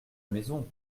maison